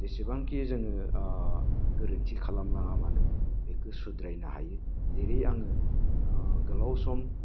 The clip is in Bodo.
जेसेबांखि जोङो गोरोन्थि खालामलाङा मानो बेखो सुद्रायनो हायो जेरै आङो गोलाव सम